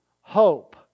hope